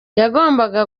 yagombaga